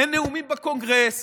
אין נאומים בקונגרס,